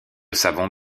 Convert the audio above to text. savons